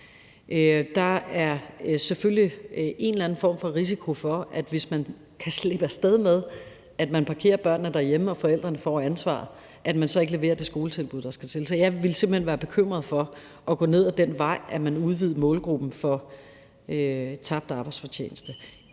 Der er selvfølgelig en eller anden form for risiko for, at man, hvis man kan slippe af sted med, at man parkerer børnene derhjemme og forældrene får ansvaret, så ikke leverer det skoletilbud, der skal til. Så jeg ville simpelt hen være bekymret for at gå ned ad den vej, at man udvidede målgruppen i forhold til tabt arbejdsfortjeneste